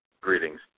greetings